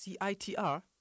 CITR